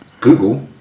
Google